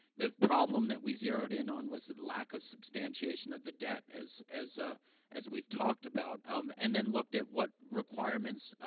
the problem that we zeroed in on was the lack of substantiation of the debt as as, ah as we've talked about, um, and then looked at what requirements,